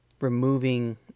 removing